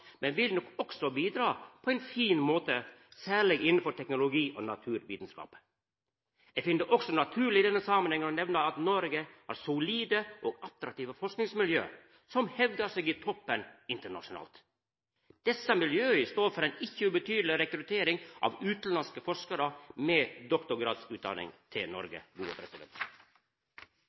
men vil nok også bidra på ein fin måte, særleg innanfor teknologi og naturvitskap. Eg finn det også naturleg i denne samanhengen å nemna at Noreg har solide og attraktive forskingsmiljø som hevdar seg i toppen internasjonalt. Desse miljøa står for ei ikkje ubetydeleg rekruttering av utanlandske forskarar med doktorgradsutdanning til Noreg.